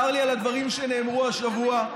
צר לי על הדברים שנאמרו השבוע,